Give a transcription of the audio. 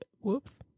whoops